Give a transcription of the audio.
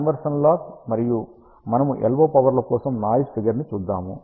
conversion loss మరియు మనము LO పవర్ల కోసం నాయిస్ ఫిగర్ ని చూద్దాం